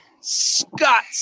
scott